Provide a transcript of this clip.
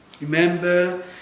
Remember